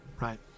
right